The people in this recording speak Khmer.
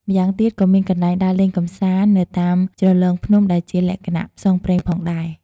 ម្យ៉ាងទៀតក៏មានកន្លែងដើរលេងកម្សាន្តនៅតាមជ្រលងភ្នំដែលជាលក្ខណៈផ្សងព្រេងផងដែរ។